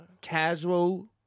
casual